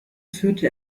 führte